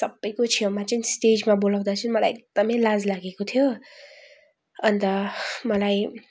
सबैको छेउमा चाहिँ स्टेजमा बोलाउँदा चाहिँ मलाई एकदम लाज लागेको थियो अन्त मलाई